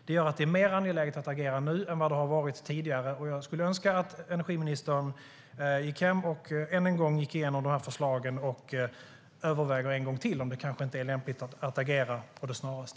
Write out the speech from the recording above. Det gör att det är mer angeläget att agera nu än vad det har varit tidigare. Jag skulle önska att energiministern gick hem och än en gång gick igenom förslagen och en gång till överväger om det kanske inte är lämpligt att agera med det snaraste.